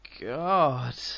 God